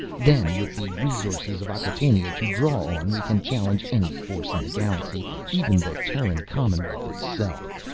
then, with the resources of acquatainia to draw on, we can challenge any force in the galaxy even the terran commonwealth itself!